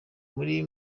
muri